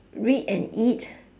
read and eat